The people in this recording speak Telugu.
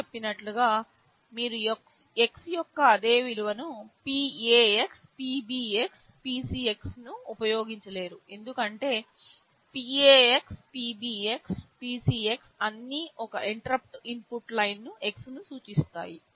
నేను చెప్పినట్లుగా మీరు x యొక్క అదే విలువకు PAx PBx PCx ను ఉపయోగించలేరు ఎందుకంటే PAx PBx PCx అన్నీ ఒకే ఇంటరుప్పుట్ ఇన్పుట్ లైన్ x ను సూచిస్తాయి